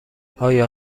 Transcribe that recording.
آیا